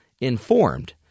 informed